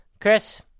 Chris